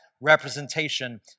representation